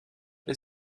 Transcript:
est